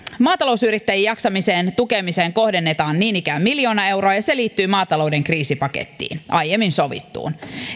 maatalousyrittäjien jaksamisen tukemiseen kohdennetaan niin ikään miljoona euroa ja se liittyy maatalouden kriisipakettiin aiemmin sovittuun